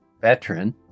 veteran